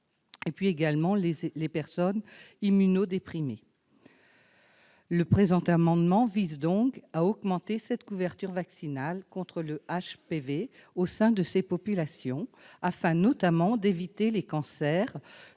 ainsi que les personnes immunodéprimées. Le présent amendement vise donc à augmenter la couverture vaccinale contre le HPV au sein de ces populations, afin notamment d'éviter des cancers